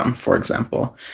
um for example.